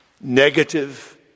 Negative